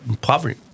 poverty